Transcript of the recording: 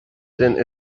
then